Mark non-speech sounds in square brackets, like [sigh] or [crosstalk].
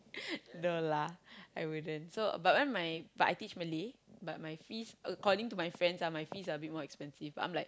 [laughs] no lah I wouldn't so but my but I teach Malay but my fees according to my friends ah my fees are a bit more expensive I am like